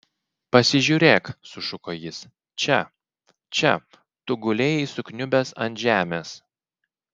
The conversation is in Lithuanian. pasižiūrėk sušuko jis čia čia tu gulėjai sukniubęs ant žemės